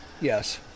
Yes